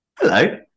Hello